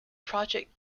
project